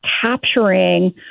capturing